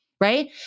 right